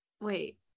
wait